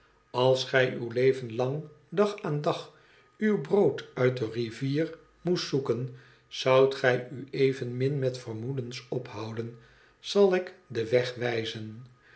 als gij uw leven lan dag aan dag uw brood uit de rivier moest zoeken zoudt gij u evenmm met vermogens ophouden zal ik den weg wijzen